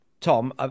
Tom